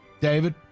David